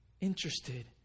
interested